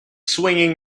swinging